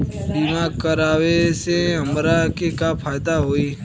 बीमा कराए से हमरा के का फायदा होई?